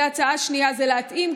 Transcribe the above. הצעה שנייה זה להתאים,